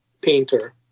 painter